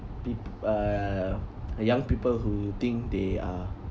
peop~ uh uh young people who think they are